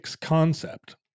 concept